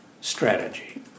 strategy